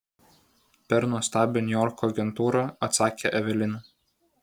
per nuostabią niujorko agentūrą atsakė evelina